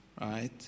Right